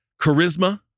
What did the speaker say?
charisma